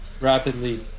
rapidly